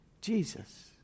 Jesus